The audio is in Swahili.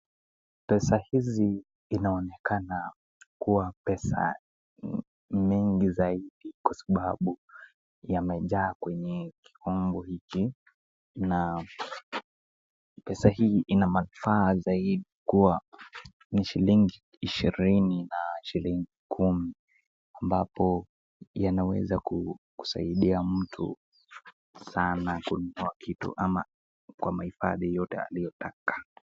Pesa hizi inaonekana kuwa pesa mingi zaidi kwa sababu yamejaa kwenye kiumbo hiki na pesa hii ina manufaa zaidi kuwa ni shilingi ishirini na shilingi kumi ambapo yanaweza kusaidia mtu sana kununua kitu ama kwa mahifadhi yote aliyotaka.